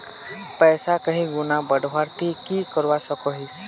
पैसा कहीं गुणा बढ़वार ती की करवा सकोहिस?